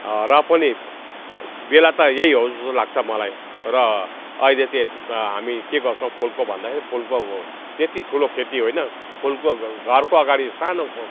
र पनि बेला त यही हो जस्तो लाग्छ मलाई र अहिले चाहिँ यति हामी के गर्छौँ फुलको भन्दाखेरि फुलको त्यति ठुलो खेती होइन फुलको घरको अगाडि सानो